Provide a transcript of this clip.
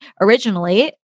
originally